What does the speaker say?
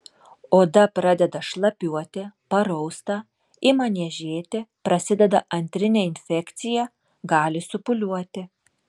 oda pradeda šlapiuoti parausta ima niežėti prasideda antrinė infekcija gali supūliuoti